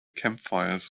campfires